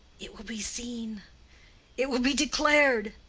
it will be seen it will be declared,